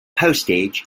postage